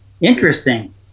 Interesting